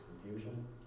confusion